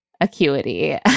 acuity